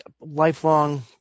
lifelong